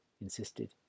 insisted